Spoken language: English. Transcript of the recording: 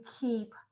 keep